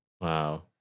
Wow